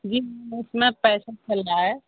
बीस पैसा लाए